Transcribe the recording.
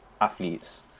athletes